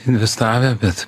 investavę bet